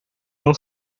não